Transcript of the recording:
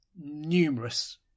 numerous